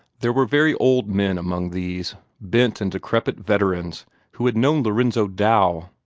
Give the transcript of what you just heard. there were very old men among these bent and decrepit veterans who had known lorenzo dow,